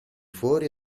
fuori